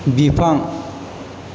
बिफां